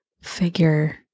figure